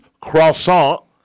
croissant